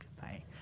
Bye